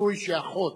רצוי שאחות,